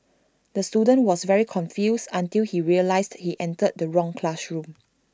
the student was very confused until he realised he entered the wrong classroom